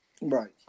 Right